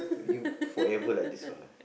you forever like this one lah